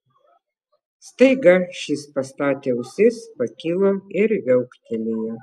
staiga šis pastatė ausis pakilo ir viauktelėjo